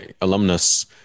alumnus